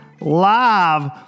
live